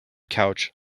couch